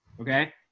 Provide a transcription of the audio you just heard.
okay